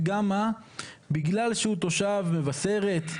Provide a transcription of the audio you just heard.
וגם בגלל שהוא תושב מבשרת,